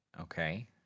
Okay